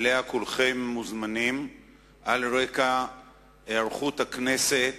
וכולכם מוזמנים אליה, על רקע היערכות הכנסת